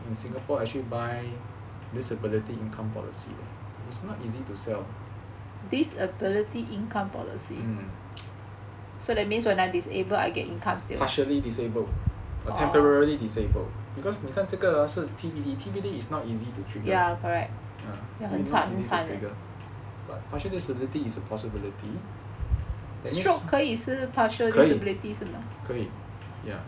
in singapore actually buy disability income policies it's not easy to sell partially disabled or temporarily disabled because 你看这个 hor 是 T_B_D T_B_D is not easy to trigger ah 因为 not easy to trigger but partial disability is a possibility that means 可以可以 ya